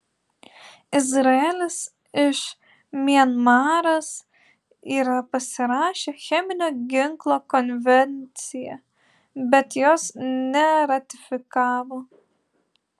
izraelis iš mianmaras yra pasirašę cheminio ginklo konvenciją bet jos neratifikavo